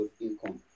income